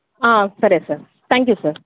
సరే sir thank you sir